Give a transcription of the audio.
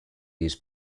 his